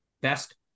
best